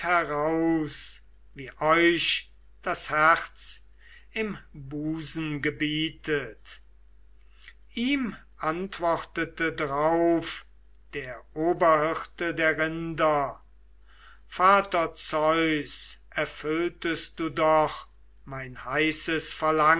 heraus wie euch das herz im busen gebietet ihm antwortete drauf der oberhirte der rinder vater zeus erfülltest du doch mein heißes verlangen